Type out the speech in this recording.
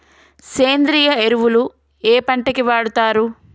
సేంద్రీయ ఎరువులు ఏ పంట కి వాడుతరు?